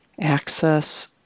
access